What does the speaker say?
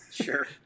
Sure